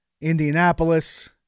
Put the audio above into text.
Indianapolis